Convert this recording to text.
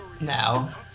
Now